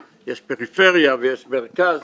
יש פריפריה ויש מרכז